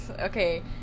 Okay